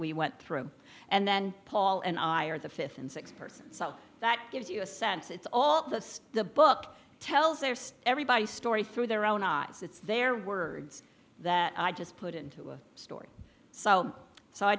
we went through and then paul and i are the fifth and sixth person so that gives you a sense it's all that's the book tells their story by story through their own eyes it's their words that i just put into a story so so i